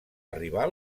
arribar